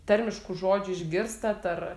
tarmiškų žodžių išgirstat ar